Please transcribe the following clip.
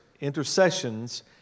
intercessions